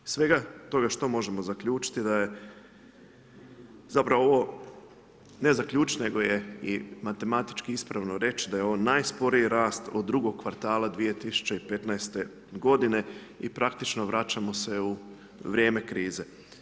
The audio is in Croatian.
Iz svega toga što možemo zaključiti, da je zapravo ovo, ne zaključiti nego je i matematički ispravno reći da je ovo najsporiji rast od drugog kvartala 2015. godine i praktično vraćamo se u vrijeme krize.